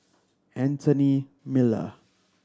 Anthony Miller